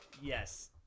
Yes